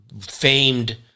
famed